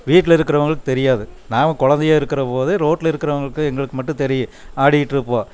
வீட்டில் இருக்கறவுங்களுக்கு தெரியாது நாம கொழந்தையாக இருக்கிறபோது ரோட்டில் இருக்கறவங்களுக்கு எங்களுக்கு மட்டும் தெரியும் ஆடியிட்டுருப்போம்